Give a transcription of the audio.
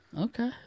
okay